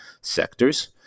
sectors